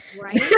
Right